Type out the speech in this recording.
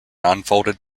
unfolded